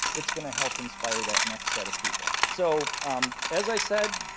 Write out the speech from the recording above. it's going to help inspire that next set of people. so as i said,